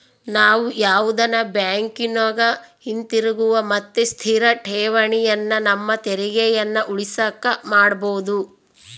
ನಾವು ಯಾವುದನ ಬ್ಯಾಂಕಿನಗ ಹಿತಿರುಗುವ ಮತ್ತೆ ಸ್ಥಿರ ಠೇವಣಿಯನ್ನ ನಮ್ಮ ತೆರಿಗೆಯನ್ನ ಉಳಿಸಕ ಮಾಡಬೊದು